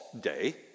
day